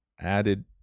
added